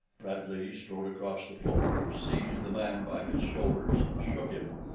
bradley strode across the floor, seized the man by his shoulders and shook him.